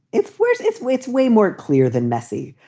if worse, it's way it's way more clear than messy.